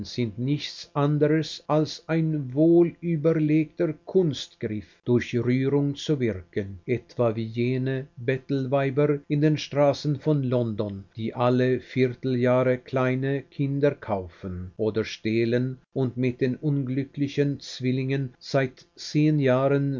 sind nichts anderes als ein wohlüberlegter kunstgriff durch rührung zu wirken etwa wie jene bettelweiber in den straßen von london die alle vierteljahre kleine kinder kaufen oder stehlen und mit den unglücklichen zwillingen seit zehn jahren